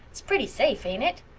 it's pretty safe, ain't it?